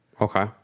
Okay